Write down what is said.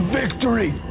victory